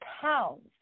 pounds